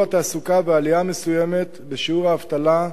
התעסוקה ועלייה מסוימת בשיעור האבטלה,